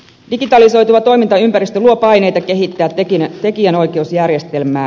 digitalisoituva toimintaympäristö luo paineita kehittää tekijänoikeusjärjestelmää